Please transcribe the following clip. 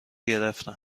گرفتم